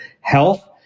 Health